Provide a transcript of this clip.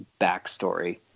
backstory